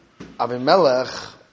Avimelech